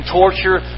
torture